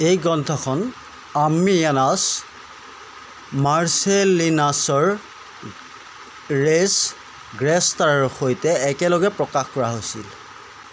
এই গ্ৰন্থখন আম্মিয়ানাছ মাৰ্চেলিনাছৰ ৰেছ ক্ৰিষ্টাৰ সৈতে একেলগে প্ৰকাশ কৰা হৈছিল